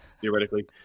theoretically